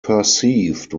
perceived